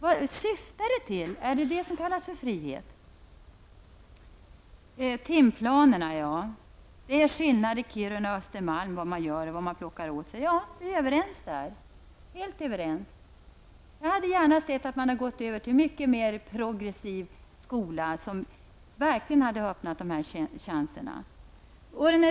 Vad syftar den till? Kallas detta frihet? Så till timplanerna. Ja, det är skillnad mellan Kiruna och Östermalm, vad man gör och vad man plockar åt sig. Där är vi helt överens. Jag hade gärna sett att man hade gått över till en mycket mer progressiv skola, som verkligen hade öppnat dessa möjligheter.